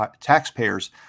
taxpayers